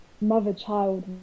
mother-child